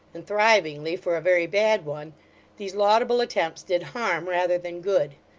and thrivingly for a very bad one these laudable attempts did harm rather than good.